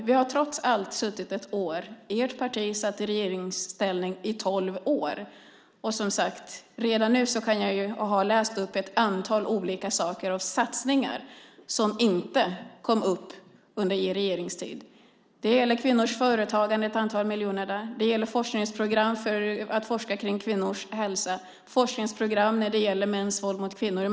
Vi har trots allt suttit ett år. Ert parti satt i regeringsställning i tolv år. Och, som sagt, redan nu kan jag läsa upp ett antal saker och satsningar som inte kom upp under er regeringstid. Det gäller ett antal miljoner till kvinnors företagande. Det gäller forskningsprogram för att forska om kvinnors hälsa och forskningsprogram när det gäller mäns våld mot kvinnor.